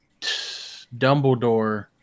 Dumbledore